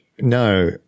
No